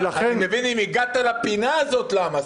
אני מבין אם הגעת לפינה הזאת למה.